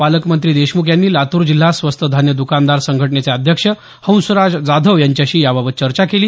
पालकमंत्री देशमुख यांनी लातूर जिल्हा स्वस्त धान्य दुकानदार संघटनेचे अध्यक्ष हंसराज जाधव यांच्याशी याबाबत चर्चा केली